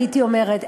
הייתי אומרת,